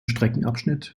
streckenabschnitt